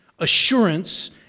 Assurance